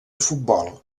futbol